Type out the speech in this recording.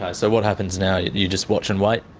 ah so what happens now? you just watch and wait?